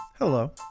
Hello